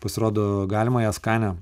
pasirodo galima ją skanią